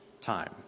time